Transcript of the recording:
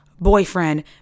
boyfriend